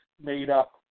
Made-up